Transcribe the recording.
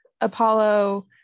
Apollo